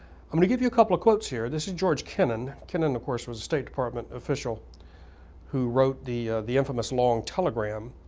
i'm going to give you a couple of quotes here. this is george kennan kennan, of course, was a state department official who wrote the the infamous long telegram